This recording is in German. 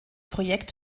projekt